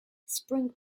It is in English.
spring